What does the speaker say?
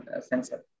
sensor